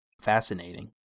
fascinating